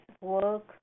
work